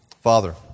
Father